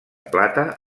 plata